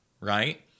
right